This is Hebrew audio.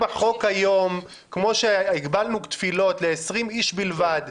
כמו שהגבלנו תפילות ל-20 אנשים בלבד,